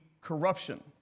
corruption